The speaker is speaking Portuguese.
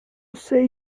sei